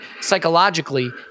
psychologically